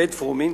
בית-פרומין,